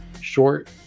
short